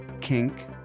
kink